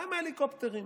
למה הליקופטרים?